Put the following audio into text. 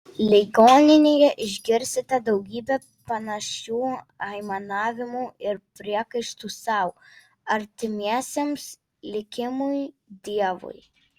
ligoninėje išgirsite daugybę panašių aimanavimų ir priekaištų sau artimiesiems likimui dievui